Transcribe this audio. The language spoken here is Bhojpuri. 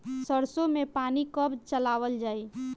सरसो में पानी कब चलावल जाई?